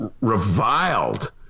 reviled